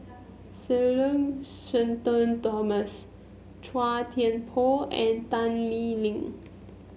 Sir learn Shenton Thomas Chua Thian Poh and Tan Lee Leng